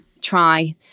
try